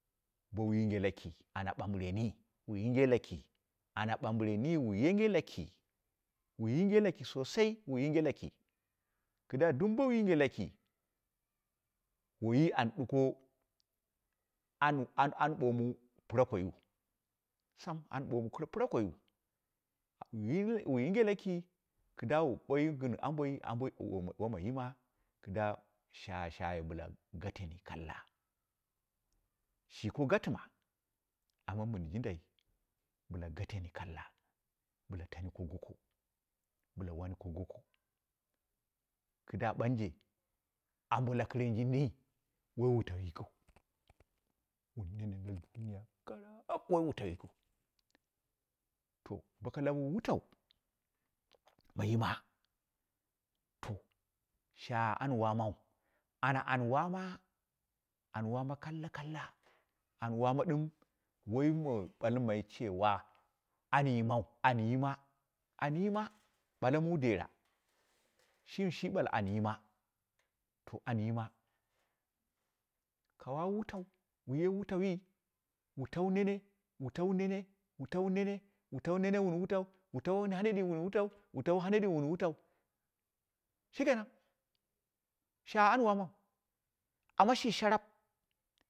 Bowu yinge laki ana ɓamb frenyi wu yinge laki, ana bambren yi wu yinge lako, wu yinge zaki sosai wu yinge laki, kɨda dum bowu yinge laki waiyi an duko, an am an bomu pɨrahou, sam an homu pra priakoiu wu zinge wu yinge laki kida wu boi gɨn amboi wai wama yima, kɨda shaye shaye bɨla gatemi kalla, shiko gutima amma mun jindai bɨla gatemi kulla, bɨla tami ko goko, bɨla wani ko goko kida banje, ambo lakɨrjanyi woi wutau yikiu wun mini laughilan karap woi wutau yikɨu, to boka lauwu wutau ma yima to, shagha an waman, ana an wama, an wama kalla kalla an wama lim waima balmai cewa, an yiman an yima an yima, bale muu dexa, shi- shi ɓalla an zima, to an yima ku wai wutau, wuye wutauyi wu taw nen wutau nene wu tau nene, wu tau nene wu wutau, wu tau haneɗi wan wutau, wu tan haneɗi wun wutau, shikenan, shagha an wamau, amma shi sharap.